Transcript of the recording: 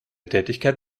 tätigkeit